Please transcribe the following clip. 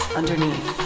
underneath